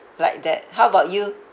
like that how about you